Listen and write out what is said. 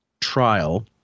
trial